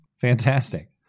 Fantastic